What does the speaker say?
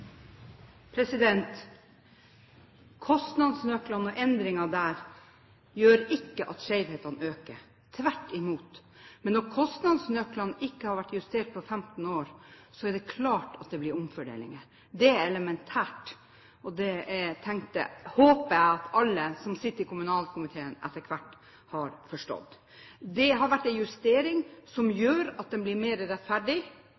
gjør ikke at skjevhetene øker, tvert imot. Men når kostnadsnøklene ikke har vært justert på 15 år, er det klart at det blir omfordelinger. Det er elementært, og det håper jeg at alle som sitter i kommunalkomiteen, etter hvert har forstått. Det har vært en justering som gjør at det blir mer rettferdig.